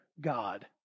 God